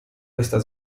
questa